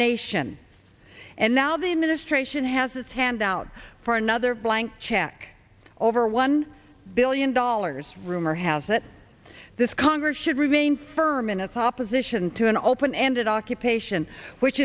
nation and now the administration has its hand out for another blank check over one billion dollars rumor has it this congress should remain firm in its opposition to an open ended